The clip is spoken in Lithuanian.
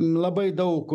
labai daug